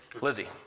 Lizzie